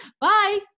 Bye